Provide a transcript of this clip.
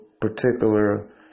Particular